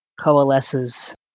coalesces